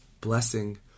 blessing